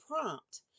prompt